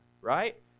right